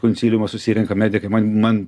konsiliumas susirenka medikai man man